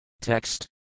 Text